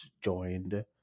joined